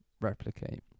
replicate